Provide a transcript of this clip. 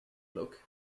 bloke